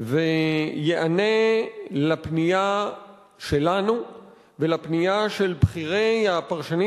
וייענה לפנייה שלנו ולפנייה של בכירי הפרשנים